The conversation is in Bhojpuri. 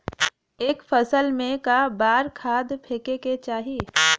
एक फसल में क बार खाद फेके के चाही?